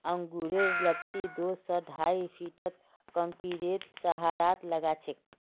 अंगूरेर लत्ती दो स ढाई फीटत कंक्रीटेर सहारात लगाछेक